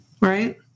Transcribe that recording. right